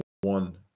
one